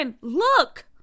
look